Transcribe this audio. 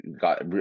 got